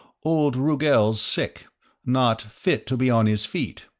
old rugel's sick not fit to be on his feet.